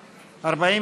טובות.